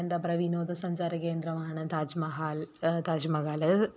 എന്താ പറയുക വിനോദസഞ്ചാര കേന്ദ്രമാണ് താജ് മഹൽ താജ് മഹൽ